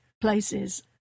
places